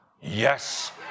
Yes